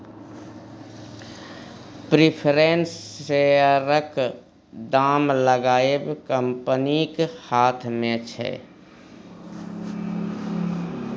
preference शेयरक दाम लगाएब कंपनीक हाथ मे छै